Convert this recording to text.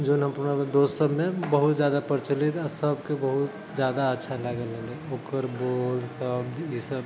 जे ने पुराना दोस्त सबमे बहुत ज्यादा प्रचलित आओर सबके बहुत ज्यादा अच्छा लागल रहलै ओकर बोल शब्द ईसब